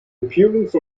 appearance